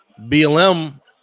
BLM